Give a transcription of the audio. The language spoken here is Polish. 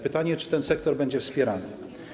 Pytanie: Czy ten sektor będzie wspierany?